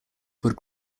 would